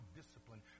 discipline